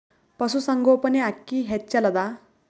ಪಶುಸಂಗೋಪನೆ ಅಕ್ಕಿ ಹೆಚ್ಚೆಲದಾ?